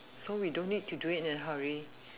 so we don't need to do it in a hurry